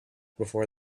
before